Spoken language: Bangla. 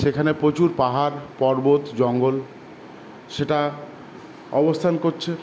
সেখানে প্রচুর পাহাড় পর্বত জঙ্গল সেটা অবস্থান করছে